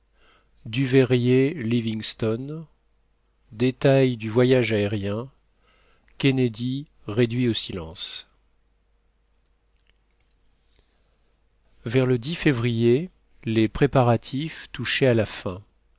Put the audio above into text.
duveyrier livingstone détails du voyage aérien kennedy réduit au silence vers le février les préparatifs touchaient à la fin